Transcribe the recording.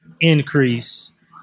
increase